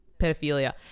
pedophilia